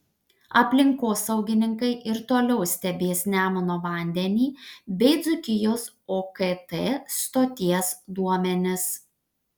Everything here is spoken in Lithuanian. aplinkosaugininkai ir toliau stebės nemuno vandenį bei dzūkijos okt stoties duomenis